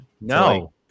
No